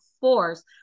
force